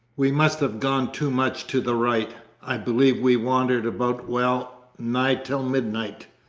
we must have gone too much to the right. i believe we wandered about well nigh till midnight.